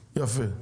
יפה.